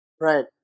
Right